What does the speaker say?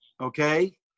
Okay